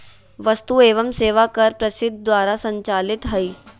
वस्तु एवं सेवा कर परिषद द्वारा संचालित हइ